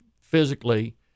physically